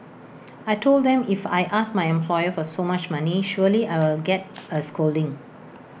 I Told them if I ask my employer for so much money surely I will get A scolding